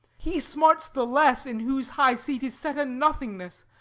he smarts the less in whose high seat is set a nothingness,